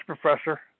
professor